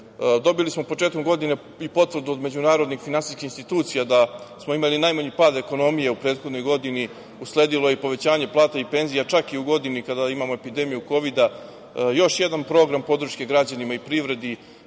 svetu. Dobili smo početkom godine i potvrdu od međunarodnih finansijskih institucija da smo imali najmanji pad ekonomije u prethodnoj godini. Usledilo je i povećanje plata i penzija, čak i u godini kada imamo epidemiju Kovida, i još jedan program podrške građanima i privredi,